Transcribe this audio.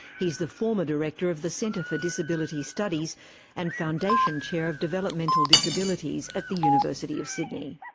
he is the former director of the centre for disability studies and foundation chair of developmental disabilities at the university of sydney.